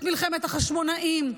את מלחמת החשמונאים,